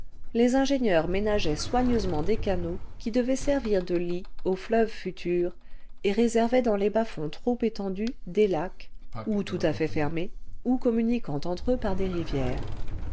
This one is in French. les ingénieurs ménageaient soigneusement des canaux qui devaient servir de lits aux fleuves futurs et réservaient dans les bas-fonds trop étendus des lacs ou tout à fait fermés ou communiquant entre eux par des rivières